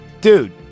dude